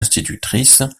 institutrice